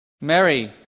Mary